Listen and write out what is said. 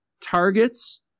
targets